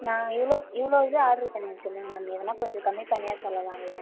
நான் இவ்வளோ இவ்வளோ இது ஆர்டர் பண்ணியிருக்கேனே மேம் எதனால் கொஞ்சம் கம்மி பண்ணியாவது சொல்லலாம்லே